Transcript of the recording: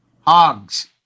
hogs